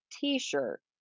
t-shirt